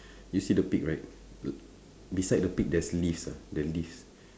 you see the pig right beside the pig there's leaves ah the leaves